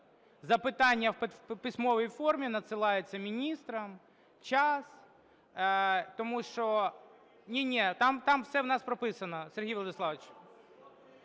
Запитання у письмовій формі надсилаються міністрам, час, тому що… (Шум у залі) Ні-ні, там все у нас прописано, Сергій Владиславович.